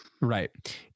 right